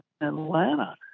Atlanta